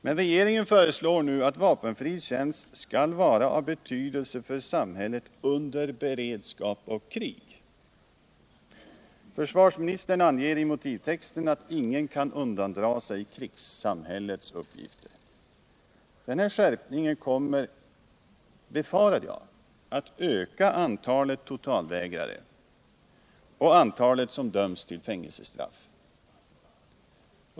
Men regeringen föreslår nu att vapenfri tjänst skall vara av betydelse för samhället under beredskap och krig. Försvarsministern anger i motivtexten att ingen kan undandra sig krigssamhällets uppgifter. Denna skärpning kommer, befarar jag, att öka antalet totalvägrare och antalet som döms till fängelsestraff.